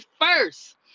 first